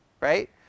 right